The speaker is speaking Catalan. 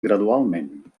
gradualment